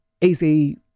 easy